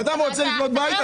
בן אדם רוצה לבנות בית,